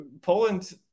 Poland